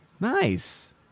Nice